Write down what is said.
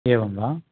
एवं वा